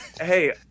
Hey